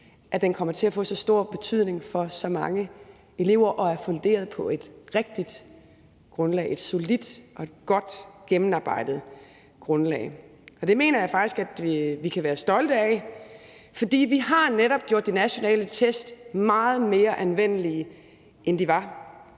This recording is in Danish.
den kommer til at få så stor betydning for så mange elever og er funderet på et rigtigt grundlag, et solidt og et godt gennemarbejdet grundlag. Og det mener jeg faktisk vi kan være stolte af, for vi har faktisk gjort de nationale test meget mere anvendelige, end de var,